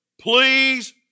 please